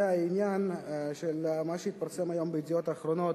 היא העניין של מה שהתפרסם היום ב"ידיעות אחרונות"